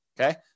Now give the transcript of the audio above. Okay